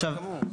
בסדר גמור.